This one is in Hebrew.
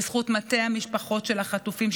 בזכות מטה המשפחות של החטופים,